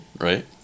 right